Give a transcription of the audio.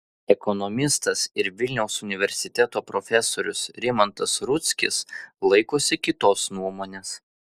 ekonomistas ir vilniaus universiteto profesorius rimantas rudzkis laikosi kitos nuomonės